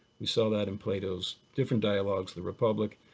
we saw that in plato's different dialogues, the republic,